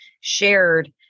shared